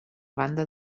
banda